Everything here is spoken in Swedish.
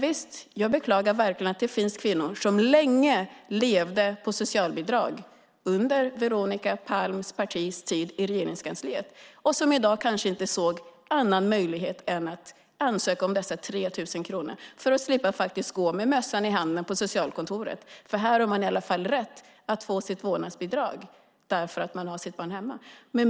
Visst, jag beklagar verkligen att det finns kvinnor som under Veronica Palms partis tid i Regeringskansliet levde på socialbidrag och i dag kanske inte ser någon annan möjlighet än att ansöka om dessa 3 000 kronor för att slippa gå med mössan i hand till socialkontoret. Man har nämligen rätt att få vårdnadsbidrag om man har sitt barn hemma.